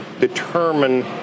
determine